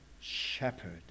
shepherd